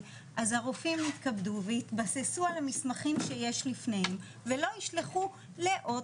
אז הרופאים יתכבדו ויתבססו על המסמכים שיש לפניהם ולא ישלחו לעוד